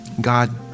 God